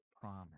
promise